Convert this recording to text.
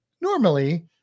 Normally